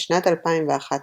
בשנת 2011,